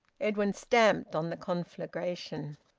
edwin stamped on the conflagration.